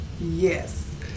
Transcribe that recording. Yes